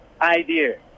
idea